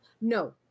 No